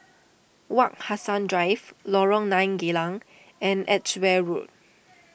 Wak Hassan Drive Lorong nine Geylang and Edgeware Road